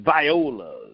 Violas